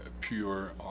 pure